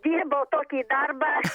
dirbau tokį darbą